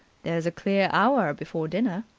there's a clear hour before dinner.